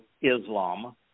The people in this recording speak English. Islam